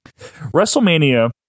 WrestleMania